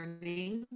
learning